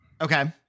Okay